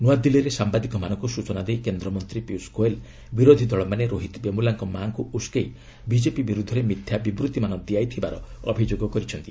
ନୃଆଦିଲ୍ଲୀରେ ସାମ୍ବାଦିକମାନଙ୍କୁ ସୂଚନା ଦେଇ କେନ୍ଦ୍ରମନ୍ତ୍ରୀ ପିୟୁଷ ଗୋଏଲ୍ ବିରୋଧି ଦଳମାନେ ରୋହିତ ବେମୁଲାଙ୍କ ମା'ଙ୍କୁ ଉସ୍କାଇ ବିଜେପି ବିରୁଦ୍ଧରେ ମିଥ୍ୟା ବିବୂତ୍ତିମାନ ଦିଆଇଥିବାର ଅଭିଯୋଗ କରିଛନ୍ତି